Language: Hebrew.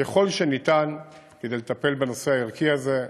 עושים ככל שניתן כדי לטפל בנושא הערכי הזה,